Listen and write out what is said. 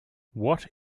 what